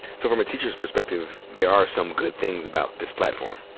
so from a teacher's perspective, there are some good things about this platform.